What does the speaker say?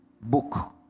book